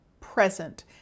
present